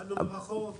תודה רבה שהזמנתם אותי.